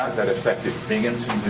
that affected binghamton,